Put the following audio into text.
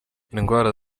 indwara